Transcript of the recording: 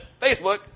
Facebook